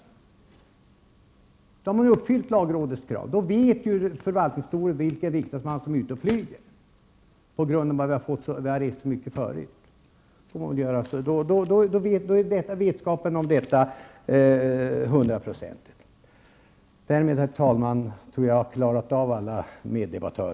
Riksdagens förvaltningskontor uppfyller alltså lagrådets krav, för förvaltningskontoret vet vilka riksdagsmän som är ute och flyger eftersom vi flyger så mycket. Vetskapen om detta är hundraprocentig. Därmed, herr talman, tror jag att jag har klarat av alla meddebattörer.